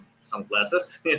sunglasses